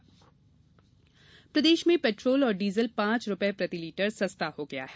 petrol diesel दाम प्रदेश में पेट्रोल और डीजल पाँच रूपये प्रति लीटर सस्ता हो गया है